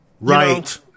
right